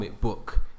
book